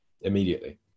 immediately